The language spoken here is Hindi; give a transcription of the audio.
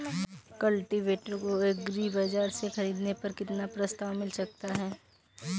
कल्टीवेटर को एग्री बाजार से ख़रीदने पर कितना प्रस्ताव मिल सकता है?